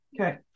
Okay